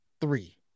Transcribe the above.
three